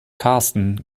karsten